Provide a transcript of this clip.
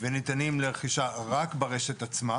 וניתנים לרכישה רק ברשת עצמה